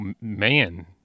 Man